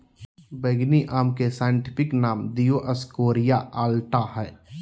बैंगनी आम के साइंटिफिक नाम दिओस्कोरेआ अलाटा हइ